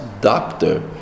doctor